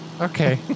Okay